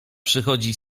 przychodzi